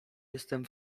jestem